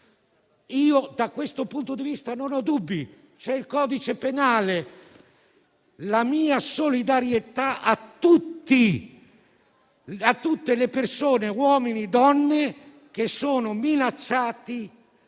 Da questo punto di vista non ho dubbi: c'è il codice penale. La mia solidarietà va a tutte le persone, uomini e donne, che sono minacciate